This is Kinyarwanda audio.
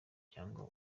cyangwa